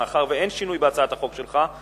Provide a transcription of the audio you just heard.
מאחר שאין שינוי בהצעת החוק שלך,